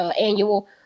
annual